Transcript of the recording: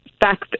Back